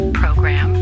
program